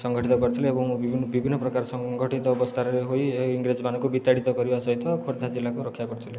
ସଂଗଠିତ କରିଥିଲେ ଏବଂ ବିଭିନ୍ନ ପ୍ରକାର ସଂଗଠିତ ଅବସ୍ତାରେ ହୋଇ ଇଂରେଜମାନଙ୍କୁ ବିତାଡ଼ିତ କରିବା ସହିତ ଖୋର୍ଦ୍ଧା ଜିଲ୍ଲାକୁ ରକ୍ଷା କରିଥିଲେ